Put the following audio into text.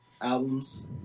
albums